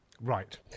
Right